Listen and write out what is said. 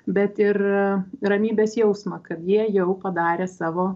bet ir ramybės jausmą kad jie jau padarė savo